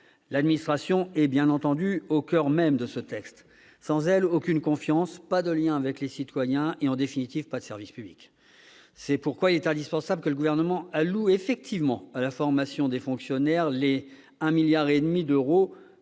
L'administration est, bien entendu, au coeur même de ce texte. Sans elle, aucune confiance n'est possible. Sans elle, il n'y a pas de lien avec les citoyens et, en définitive, pas de services publics ! C'est pourquoi il est indispensable que le Gouvernement alloue effectivement à la formation des fonctionnaires la somme de 1,5 milliard d'euros